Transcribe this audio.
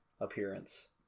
appearance